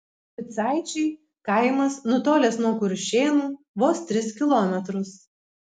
micaičiai kaimas nutolęs nuo kuršėnų vos tris kilometrus